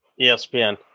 ESPN